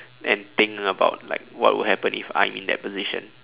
and think about like what will happen if I'm in that position